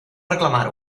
reclamar